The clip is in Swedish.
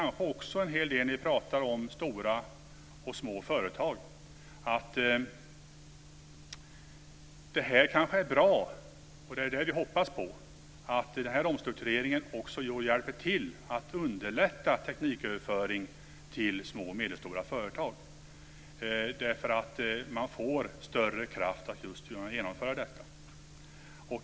Ni pratar om stora och små företag. Kanske är det här bra - det är ju vad vi hoppas på - och kanske hjälper den här omstruktureringen till när det gäller att underlätta tekniköverföring till små och medelstora företag. Man får ju större kraft att just kunna genomföra detta.